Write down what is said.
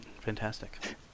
fantastic